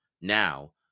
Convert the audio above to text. now